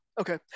okay